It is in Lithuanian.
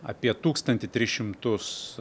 apie tūkstantį tris šimtus